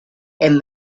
and